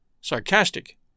sarcastic